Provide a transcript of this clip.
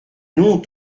non